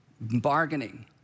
bargaining